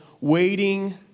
Waiting